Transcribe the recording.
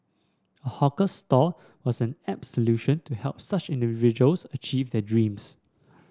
a hawker stall was an apt solution to help such individuals achieve their dreams